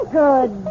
good